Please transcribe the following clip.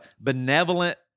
benevolent